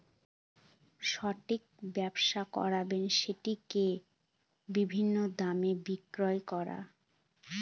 stock ব্যবসা করাবো সেটাকে বিভিন্ন দামে বিক্রি করে